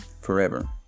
forever